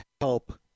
help